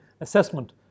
assessment